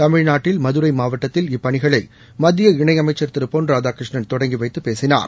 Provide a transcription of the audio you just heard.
தமிழ்நாட்டில் மதுரை மாவட்டத்தில் இப்பணிகளை மத்திய இணை அமைச்சர் திரு பொன் ராதாகிருஷ்ணன் தொடங்கி வைத்து பேசினார்